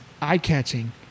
eye-catching